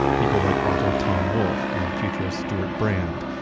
people like author tom wolfe and futurist stewart brand,